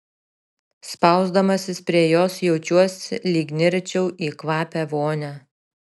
spausdamasis prie jos jaučiuosi lyg nirčiau į kvapią vonią